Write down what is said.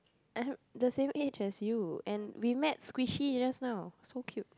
(uh huh) the same age as you and we met squishy just now so cute